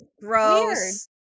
Gross